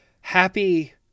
happy